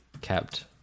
kept